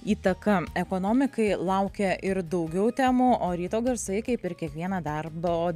įtaką ekonomikai laukia ir daugiau temų o ryto garsai kaip ir kiekvieną darbo